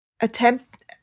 attempt